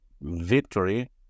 victory